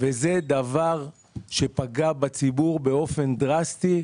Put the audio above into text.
וזה דבר שפגע בציבור באופן דרסטי,